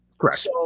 Correct